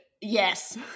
yes